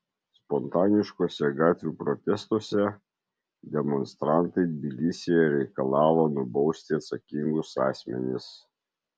spontaniškuose gatvių protestuose demonstrantai tbilisyje reikalavo nubausti atsakingus asmenis